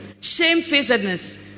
shamefacedness